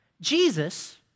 Jesus